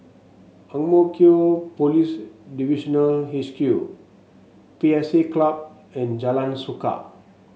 Ang Mo Kio Police Divisional H Q P S A Club and Jalan Suka